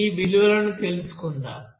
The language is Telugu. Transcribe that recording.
ఆ విలువలను తెలుసుకుందాం